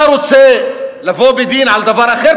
אתה רוצה לבוא בדין על דבר אחר,